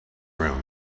room